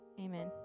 Amen